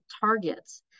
targets